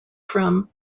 from